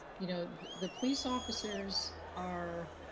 you know the police officers are